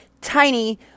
tiny